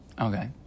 Okay